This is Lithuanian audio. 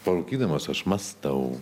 parūkydamas aš mąstau